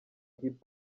hip